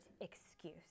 excuse